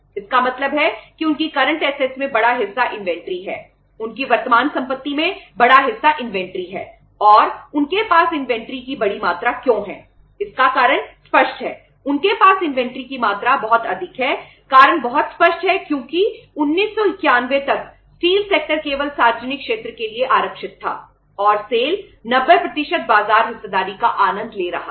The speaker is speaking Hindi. इसका मतलब है कि उनकी करंट ऐसेटस 90 बाजार हिस्सेदारी का आनंद ले रहा था